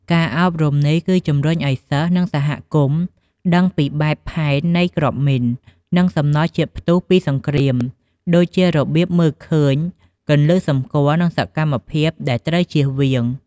ការអប់រំនេះគឺជំរុញឲ្យសិស្សនិងសហគមន៍ដឹងពីបែបផែននៃគ្រាប់មីន និងសំណល់ជាតិផ្ទុះពីសង្គ្រាម ដូចជារបៀបមើលឃើញ គន្លឹះសម្គាល់ និងសកម្មភាពដែលត្រូវចៀសវាង។